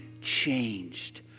changed